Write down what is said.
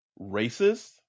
racist